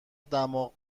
دماغ